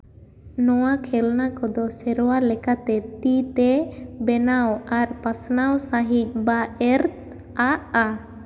ᱱᱚᱣᱟ ᱠᱷᱮᱞᱱᱟ ᱠᱚᱫᱚ ᱥᱮᱨᱣᱟ ᱞᱮᱠᱟᱛᱮ ᱛᱤᱛᱮ ᱵᱮᱱᱟᱣ ᱟᱨ ᱯᱟᱥᱱᱟᱣ ᱥᱟᱺᱦᱤᱡ ᱵᱟ ᱮᱨ ᱟᱜᱼᱟ